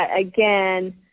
again